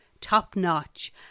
top-notch